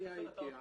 למה המחירים עלו?